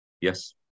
Yes